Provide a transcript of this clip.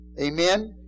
Amen